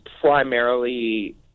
primarily